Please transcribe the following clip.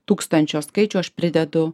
tūkstančio skaičių aš pridedu